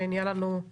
שזה הפך ליום-יומי,